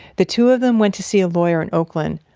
the two of them went to see a lawyer in oakland.